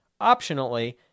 Optionally